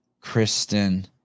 Kristen